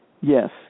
Yes